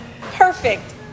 perfect